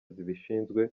zibishinzwe